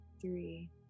three